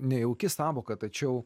nejauki sąvoka tačiau